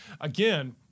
again